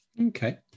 Okay